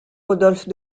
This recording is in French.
rodolphe